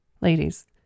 Ladies